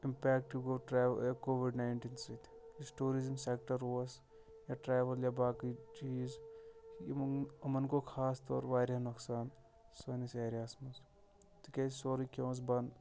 impact گوٚو covid nineteen سۭتۍ یُس ٹوٗرِزِم سٮ۪کٹَر اوس یا ٹرٛاوٕل یا باقٕے چیٖز یِم یِم یِمَن گوٚو خاص طور واریاہ نۄقصان سٲنِس ایریاہَس منٛز تِکیٛازِ سورُے کینٛہہ اوس بنٛد